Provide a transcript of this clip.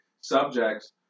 subjects